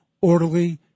orderly